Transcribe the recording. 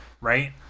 Right